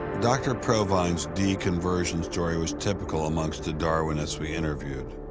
dr. provine's de-conversion story was typical amongst the darwinists we interviewed.